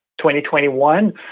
2021